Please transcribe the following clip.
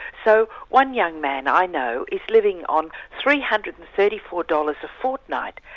so one young man i know is living on three hundred and thirty four dollars a fortnight.